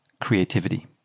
creativity